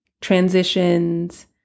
transitions